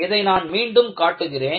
இதை நான் மீண்டும் காட்டுகிறேன்